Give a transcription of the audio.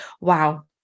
wow